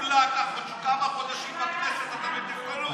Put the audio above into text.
כולה כמה חודשים בכנסת, ואתה מטיף לנו?